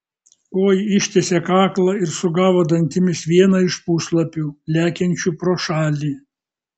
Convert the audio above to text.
oi ištiesė kaklą ir sugavo dantimis vieną iš puslapių lekiančių pro šalį